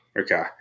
Okay